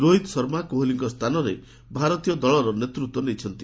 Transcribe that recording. ରୋହିତ ଶର୍ମା କୋହିଲିଙ୍କ ସ୍ଥାନରେ ଦଳର ନେତୃତ୍ୱ ନେଇଛନ୍ତି